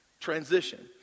Transition